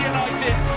United